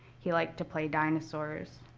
he liked to play dinosaurs.